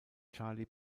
charlie